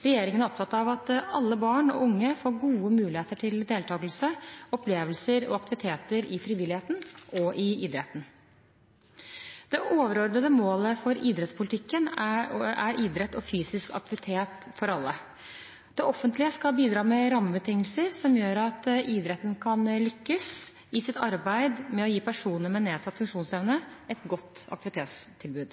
Regjeringen er opptatt av at alle barn og unge får gode muligheter til deltakelse, opplevelser og aktiviteter i frivilligheten og i idretten. Det overordnede målet for idrettspolitikken er idrett og fysisk aktivitet for alle. Det offentlige skal bidra med rammebetingelser som gjør at idretten kan lykkes i sitt arbeid med å gi personer med nedsatt funksjonsevne et godt aktivitetstilbud.